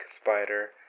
spider